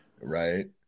Right